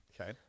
Okay